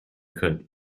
could